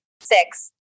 six